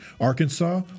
Arkansas